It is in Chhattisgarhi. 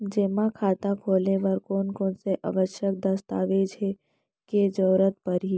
जेमा खाता खोले बर कोन कोन से आवश्यक दस्तावेज के जरूरत परही?